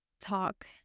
talk